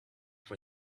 for